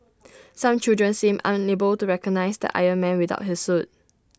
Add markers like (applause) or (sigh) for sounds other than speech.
(noise) some children seemed unable to recognise the iron man without his suit